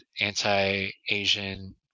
anti-Asian